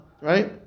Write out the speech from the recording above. right